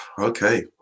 Okay